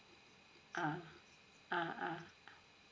ah ah ah